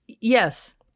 Yes